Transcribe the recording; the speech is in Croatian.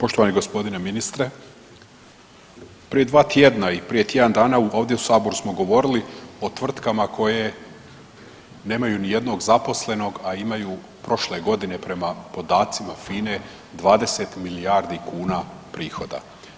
Poštovani gospodine ministre, prije dva tjedna i prije tjedan dana ovdje u Saboru smo govorili o tvrtkama koje nemaju ni jednog zaposlenog a imaju prošle godine prema podacima FINA-e 20 milijardi kuna prihoda.